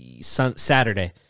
Saturday